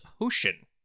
potion